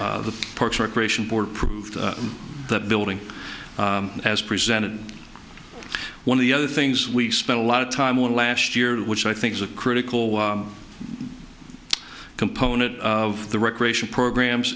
and the parks recreation board proved that building has presented one of the other things we spent a lot of time last year which i think is a critical component of the recreation programs